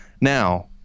Now